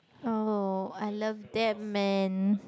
oh I love that man